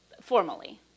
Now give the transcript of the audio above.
formally